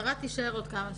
השרה תישאר עוד כמה שנים.